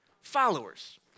Followers